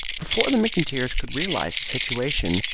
before the mcintyres could realise the situation,